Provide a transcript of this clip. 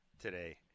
today